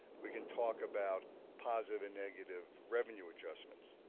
we can talk about positive and negative revenue adjustments.